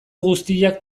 guztiak